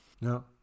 No